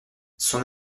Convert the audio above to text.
son